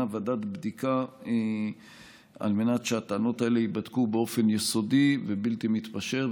ועדת בדיקה על מנת שהטענות האלה ייבדקו באופן יסודי ובלתי מתפשר,